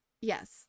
Yes